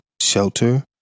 shelter